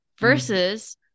versus